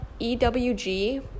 ewg